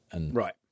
Right